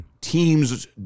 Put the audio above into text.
teams